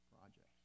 project